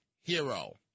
hero